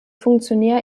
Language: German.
funktionär